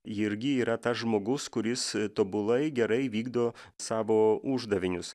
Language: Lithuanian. irgi yra tas žmogus kuris tobulai gerai vykdo savo uždavinius